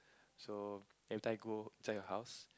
so every time go inside her house